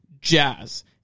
jazz